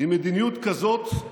עם מדיניות כזאת,